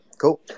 Cool